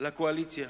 לקואליציה